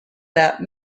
that